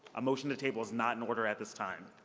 a motion to table is not and order at this time.